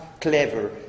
clever